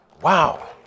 Wow